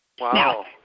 Wow